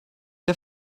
der